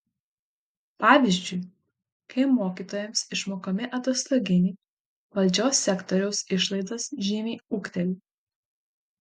pavyzdžiui kai mokytojams išmokami atostoginiai valdžios sektoriaus išlaidos žymiai ūgteli